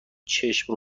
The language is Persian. چشم